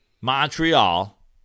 Montreal